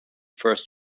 first